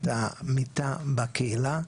המיטה בקהילה,